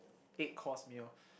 eight course meal